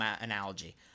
analogy